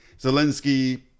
Zelensky